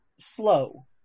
slow